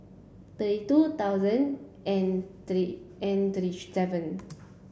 thirty two thousand and thirty and thirty seven